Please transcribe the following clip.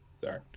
Sorry